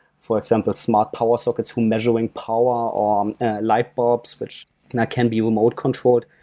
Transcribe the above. for example, smart power sockets measuring power, um light bulbs which that can be remote controlled.